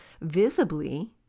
visibly